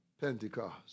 Pentecost